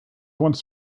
once